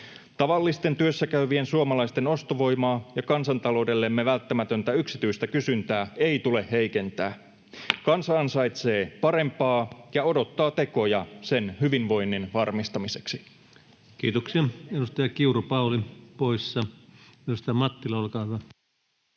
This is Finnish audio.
Tavallisten työssäkäyvien suomalaisten ostovoimaa ja kansantaloudellemme välttämätöntä yksityistä kysyntää ei tule heikentää. Kansa ansaitsee parempaa ja odottaa tekoja sen hyvinvoinnin varmistamiseksi. [Speech 245] Speaker: Ensimmäinen varapuhemies Antti Rinne